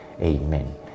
Amen